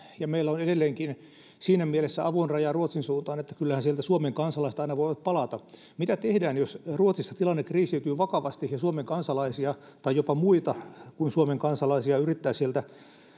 ja meillä on edelleenkin siinä mielessä avoin raja ruotsin suuntaan että kyllähän sieltä suomen kansalaiset aina voivat palata mitä tehdään jos ruotsissa tilanne kriisiytyy vakavasti ja suomen kansalaisia tai jopa muita kuin suomen kansalaisia yrittää sieltä